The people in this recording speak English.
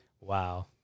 Wow